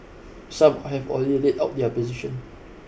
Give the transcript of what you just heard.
some have already laid out their position